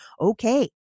okay